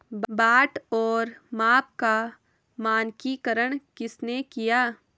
बाट और माप का मानकीकरण किसने किया?